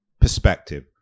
perspective